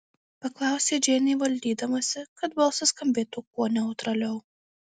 paklausė džeinė valdydamasi kad balsas skambėtų kuo neutraliau